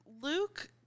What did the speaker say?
Luke